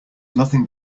nothing